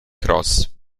cross